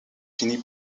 finit